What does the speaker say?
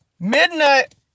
Midnight